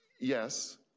yes